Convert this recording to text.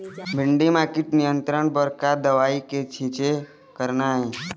भिंडी म कीट नियंत्रण बर का दवा के छींचे करना ये?